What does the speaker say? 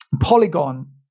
Polygon